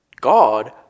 God